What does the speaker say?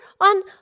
on